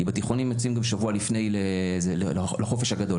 כי בתיכוניים יוצאים שבועיים לפני לחופש הגדול.